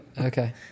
Okay